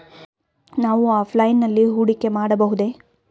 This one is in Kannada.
ನಾವು ಆಫ್ಲೈನ್ ನಲ್ಲಿ ಹೂಡಿಕೆ ಮಾಡಬಹುದೇ?